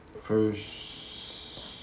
first